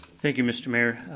thank your mister mayor.